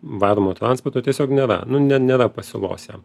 varomo transporto tiesiog nėra nu ne nėra pasiūlos jam